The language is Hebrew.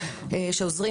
שעוזרים,